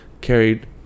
carried